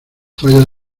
toallas